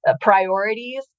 priorities